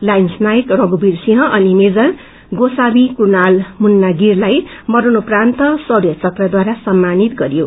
लान्स नायक रखुबीर सिंह अनि मेजर गोसावी कुणाल मुत्रागिरलाई मरणोप्रान्त शौर्य चक्रद्वारा सम्मानित गरियो